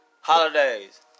holidays